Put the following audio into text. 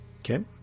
Okay